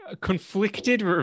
conflicted